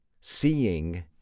seeing